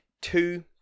two